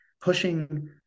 pushing